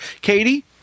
Katie